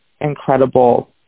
incredible